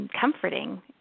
comforting